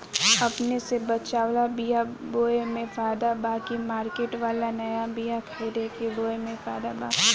अपने से बचवाल बीया बोये मे फायदा बा की मार्केट वाला नया बीया खरीद के बोये मे फायदा बा?